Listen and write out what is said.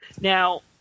Now